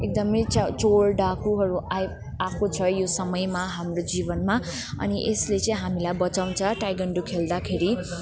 एकदमै च चोर डाकुहरू आई आएको छ यो समयमा हाम्रो जीवनमा अनि यसले चाहिँ हामीलाई बचाउँछ ताइक्वान्डो खेल्दाखेरि